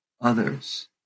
others